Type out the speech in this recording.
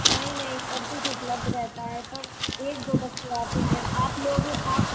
नहीं नहीं सब कुछ उपलब्ध रहता है पर एक दो बच्चों आते हैं आप लोग आप